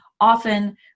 often